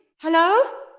hello?